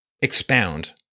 expound